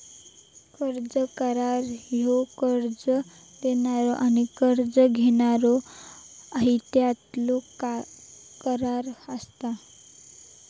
कर्ज करार ह्यो कर्ज देणारो आणि कर्ज घेणारो ह्यांच्यातलो करार असता